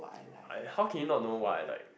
I how can you not know what I like